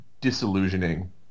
disillusioning